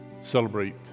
celebrate